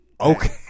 Okay